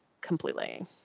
completely